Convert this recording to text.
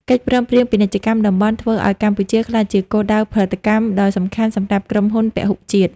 កិច្ចព្រមព្រៀងពាណិជ្ជកម្មតំបន់ធ្វើឱ្យកម្ពុជាក្លាយជាគោលដៅផលិតកម្មដ៏សំខាន់សម្រាប់ក្រុមហ៊ុនពហុជាតិ។